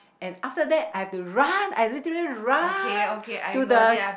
and after that I have to run I literally run to the